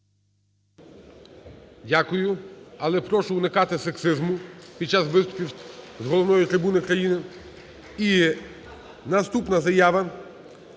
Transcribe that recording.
Дякую. Але прошу уникати сексизму під час виступів з головної трибуни країни.